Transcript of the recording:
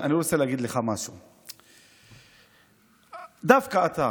דווקא אתה,